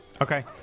Okay